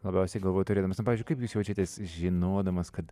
labiausiai galvoje turėdamas na pavyzdžiui kaip jūs jaučiatės žinodamas kad